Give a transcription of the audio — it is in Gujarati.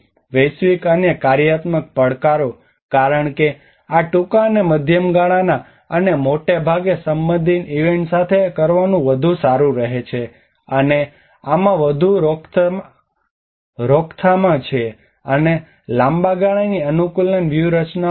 વૈશ્વિક અને કાર્યાત્મક પડકારો કારણ કે આ ટૂંકા અને મધ્યમ ગાળાના અને મોટે ભાગે સંબંધિત ઇવેન્ટ સાથે કરવાનું વધુ સારું રહે છે અને આમાં વધુ રોકથામ છે અને લાંબા ગાળાની અનુકૂલન વ્યૂહરચનાઓ પણ છે